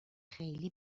خیلی